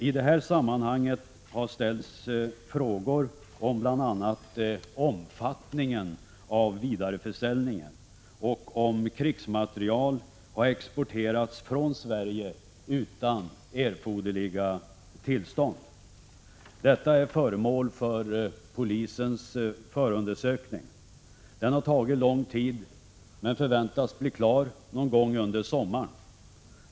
I detta sammanhang har frågor ställts om bl.a. omfattningen av vidareförsäljningen och om huruvida krigsmateriel har exporterats från Sverige utan erforderliga tillstånd. Detta är föremål för polisens förundersökning. Den har tagit lång tid, men förväntas bli klar någon gång under sommaren.